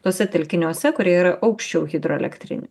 tuose telkiniuose kurie yra aukščiau hidroelektrinių